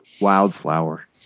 Wildflower